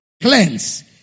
Cleanse